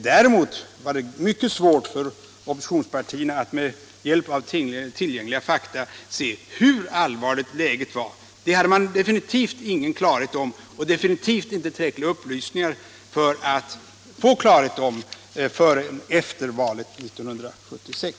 Däremot var det mycket svårt för oppositionspartierna att med hjälp av tillgängliga fakta se hur allvarligt läget var. Det hade man definitivt ingen klarhet om och definitivt inte tillräckliga upplysningar för att kunna få klarhet om förrän efter valet 1976.